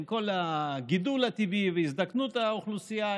עם כל הגידול הטבעי והזדקנות האוכלוסייה,